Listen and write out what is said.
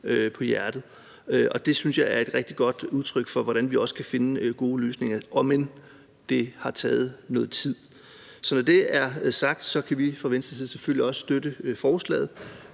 på livet. Og jeg synes, det er et rigtig godt udtryk for, hvordan vi også kan finde gode løsninger, om end det har taget noget tid. Så når det er sagt, vil jeg sige, at vi fra Venstres side selvfølgelig også kan støtte forslaget,